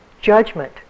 judgment